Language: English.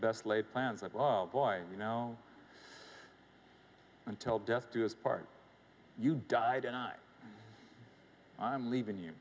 best laid plans of all boy you know until death do us part you died and i i'm leaving